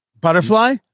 Butterfly